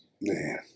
man